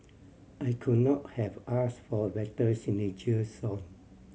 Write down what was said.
I could not have asked for a better signature song